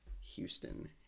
Houston